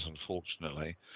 unfortunately